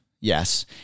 Yes